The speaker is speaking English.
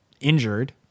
injured